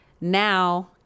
Now